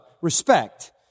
respect